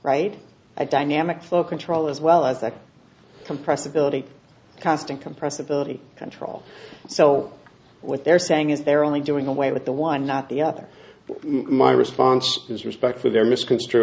right a dynamic flow control as well as the compressibility constant compressibility control so what they're saying is they're only doing away with the one not the other my response is respect for their misconstru